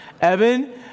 Evan